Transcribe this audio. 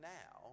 now